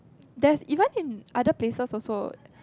that's even in other places also